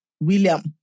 William